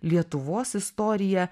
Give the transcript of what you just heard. lietuvos istorija